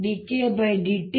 l